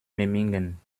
memmingen